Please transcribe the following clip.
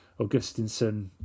Augustinson